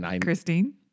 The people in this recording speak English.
Christine